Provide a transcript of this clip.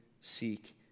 seek